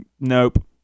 Nope